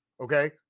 okay